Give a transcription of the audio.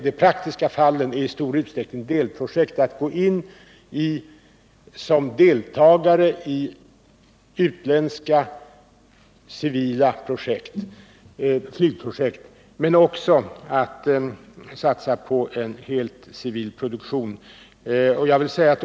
De praktiska fallen är i stor usträckning delprojekt: att som deltagare gå in i utländska civila flygprojekt, men också att satsa på en helt civil produktion.